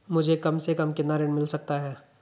मुझे कम से कम कितना ऋण मिल सकता है?